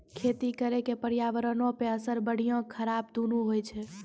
खेती करे के पर्यावरणो पे असर बढ़िया खराब दुनू होय छै